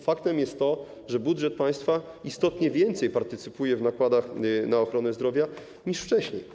Faktem jest to, że budżet państwa istotnie więcej partycypuje w nakładach na ochronę zdrowia niż wcześniej.